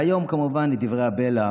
והיום, כמובן, דברי הבלע